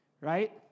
right